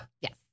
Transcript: yes